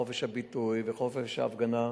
חופש הביטוי וחופש ההפגנה,